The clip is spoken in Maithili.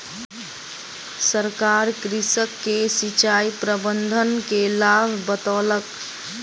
सरकार कृषक के सिचाई प्रबंधन के लाभ बतौलक